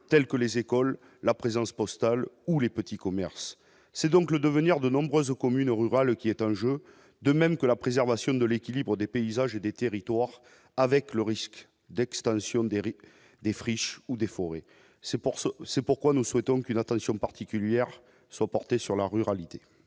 tels que les écoles, la présence postale ou les petits commerces, c'est donc le devenir de nombreuses communes rurales qui est un jeu, de même que la préservation de l'équilibre des paysages et des territoires, avec le risque d'extension d'Éric défriche ou défaut et c'est pour ça, c'est pourquoi nous souhaitons qu'une attention particulière soit portée sur la ruralité.